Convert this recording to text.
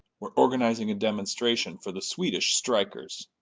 we're organizing a demonstration for the swedish strikers.